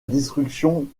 destruction